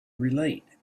relate